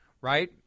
right